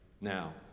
now